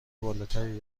بالاتری